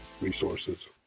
resources